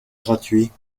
gratuits